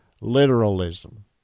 literalism